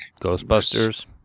Ghostbusters